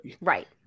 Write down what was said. right